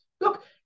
Look